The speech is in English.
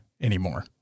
anymore